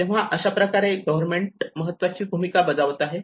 तेव्हा अशाप्रकारे गव्हर्मेंट महत्त्वाची भूमिका बजावत आहे